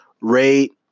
rate